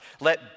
Let